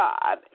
God